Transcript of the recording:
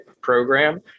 program